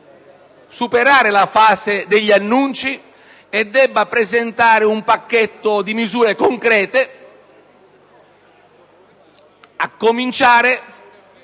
superare la fase degli annunci e presentare un pacchetto di misure concrete, a cominciare